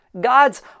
God's